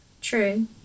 True